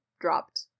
dropped